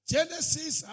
Genesis